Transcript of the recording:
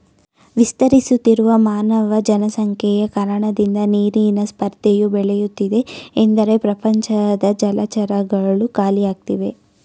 ವಿಸ್ತರಿಸುತ್ತಿರುವ ಮಾನವ ಜನಸಂಖ್ಯೆಯ ಕಾರಣದಿಂದ ನೀರಿನ ಸ್ಪರ್ಧೆಯು ಬೆಳೆಯುತ್ತಿದೆ ಎಂದರೆ ಪ್ರಪಂಚದ ಜಲಚರಗಳು ಖಾಲಿಯಾಗ್ತಿವೆ